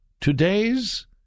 today's